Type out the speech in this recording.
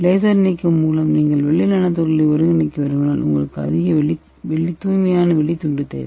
laser நீக்கம் மூலம் நீங்கள் வெள்ளி நானோ துகள்களை ஒருங்கிணைக்க விரும்பினால் உங்களுக்கு அதிக தூய்மையான வெள்ளி துண்டு தேவை